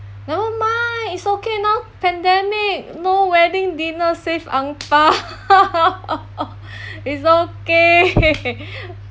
never mind it's okay now pandemic no wedding dinner save ang bao is okay